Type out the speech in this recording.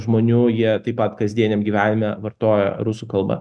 žmonių jie taip pat kasdieniam gyvenime vartoja rusų kalbą